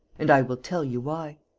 and i will tell you why.